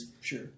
Sure